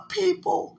people